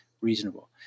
reasonable